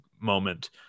moment